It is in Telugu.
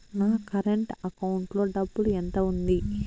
నా కరెంట్ అకౌంటు లో డబ్బులు ఎంత ఉంది?